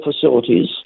facilities